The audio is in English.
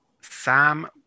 Sam